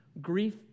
Grief